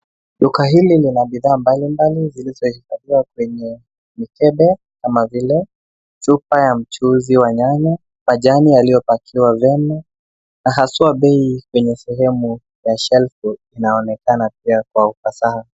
Duka hili lina bidhaa mbalimbali zilizopakiwa kwenye mikebe kama vile chupa ya mchuuzi wa nyanya, majani yaliyopakiwa vyema na haswa bei kwenye sehemu ya shelf inaonekana pia kwa ufasaha.